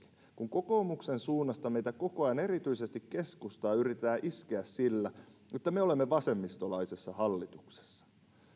kun kokoomuksen suunnasta meitä koko ajan erityisesti keskustaa yritetään iskeä sillä että me olemme vasemmistolaisessa hallituksessa